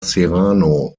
serrano